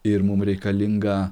ir mum reikalinga